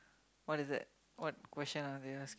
what is that what question are they ask